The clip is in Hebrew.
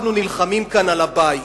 אנחנו נלחמים כאן על הבית.